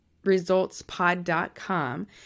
Resultspod.com